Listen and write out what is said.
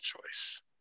choice